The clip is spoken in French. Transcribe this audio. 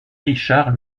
richard